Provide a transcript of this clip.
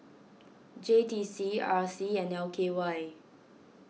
J T C R C and L K Y